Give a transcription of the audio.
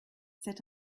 c’est